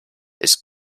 ist